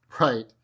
Right